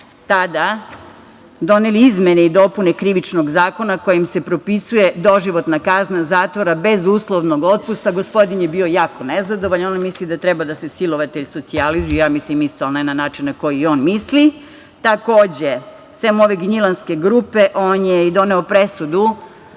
tada doneli izmene i dopune Krivičnog zakona kojim se propisuje doživotna kazna zatvora bez uslovnog otpusta. Gospodin je bio jako nezadovoljan, on misli da treba da se silovatelj socijalizuje. Ja mislim isto, ali ne na način koji on misli. Takođe, sem ove Gnjilanske grupe, on je doneo presudu,